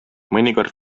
mõnikord